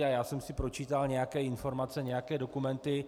A já jsem si pročítal nějaké informace, nějaké dokumenty.